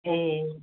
ए